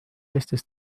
eestis